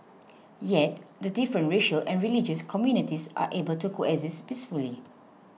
yet the different racial and religious communities are able to coexist peacefully